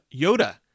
Yoda